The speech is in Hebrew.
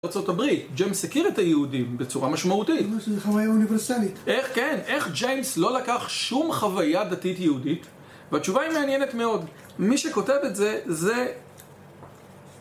ארה״ב, ג'יימס הכיר את היהודים בצורה משמעותית. זה חוויה אוניברסלית. איך כן, איך ג'יימס לא לקח שום חוויה דתית יהודית? והתשובה היא מעניינת מאוד. מי שכותב את זה, זה...